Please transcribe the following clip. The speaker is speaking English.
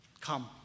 Come